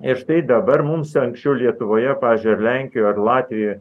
ir štai dabar mums anksčiau lietuvoje pavyzdžiui ar lenkijoje ar latvijoje